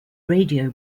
radio